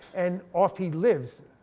and off he lives.